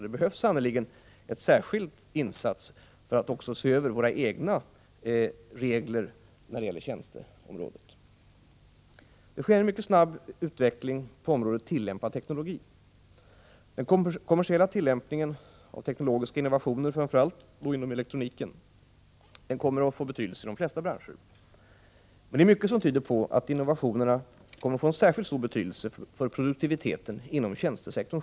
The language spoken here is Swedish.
Det behövs sannerligen särskilda insatser för att också se över våra egna regler när det gäller tjänsteområdet. En mycket snabb utveckling sker på området tillämpad teknologi. Den kommersiella tillämpningen av de teknologiska innovationerna, framför allt inom elektroniken, kommer att få betydelse för de flesta branscher. Men det är mycket som tyder på att dessa innovationer kommer att få särskilt stor betydelse för produktiviteten inom tjänstesektorn.